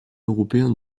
européen